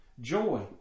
Joy